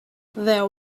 there